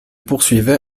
poursuivait